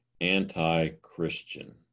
anti-Christian